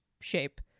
shape